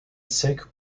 sec